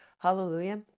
Hallelujah